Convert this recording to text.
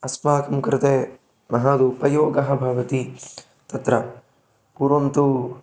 अस्माकं कृते महदुपयोगः भवति तत्र कुर्वन्तु